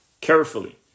carefully